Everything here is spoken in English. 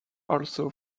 also